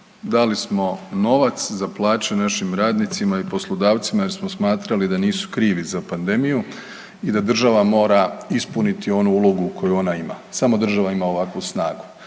dali smo novac za plaće našim radnicima i poslodavcima jer smo smatrali da nisu krivi za pandemiju i da država mora ispuniti onu ulogu koju ona ima, samo država ima ovakvu snagu.